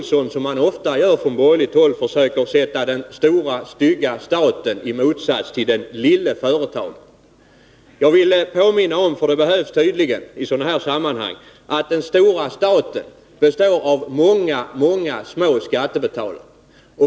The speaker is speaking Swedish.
Som så ofta görs från borgerligt håll försöker också Martin Olsson sätta den stora stygga staten i motsats till den lille företagaren. Jag måste tydligen påminna Martin Olsson om att den stora staten består av många små skattebetalare.